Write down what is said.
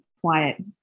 quiet